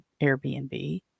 Airbnb